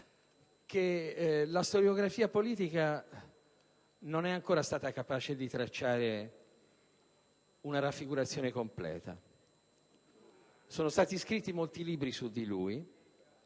che la storiografia politica non è ancora stata capace di tracciare una raffigurazione completa. Sono stati scritti molti libri su di lui,